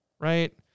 Right